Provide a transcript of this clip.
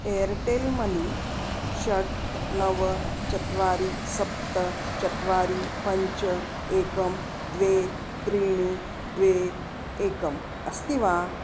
Airtel money षट् नव चत्वारि सप्त चत्वारि पञ्च एकं द्वे त्रीणि द्वे एकम् अस्ति वा